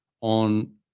on